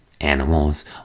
animals